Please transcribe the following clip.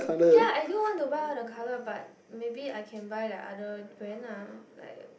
yea I do want to buy the colour but maybe I can buy the other brand lah like